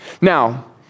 Now